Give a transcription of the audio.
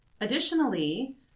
Additionally